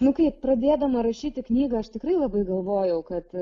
nu kaip pradėdama rašyti knygą aš tikrai labai galvojau kad